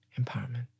empowerment